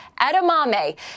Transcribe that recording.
edamame